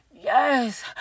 Yes